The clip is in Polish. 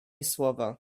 słowa